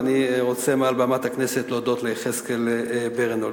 ואני רוצה מעל במת הכנסת להודות ליחזקאל ברנהולץ.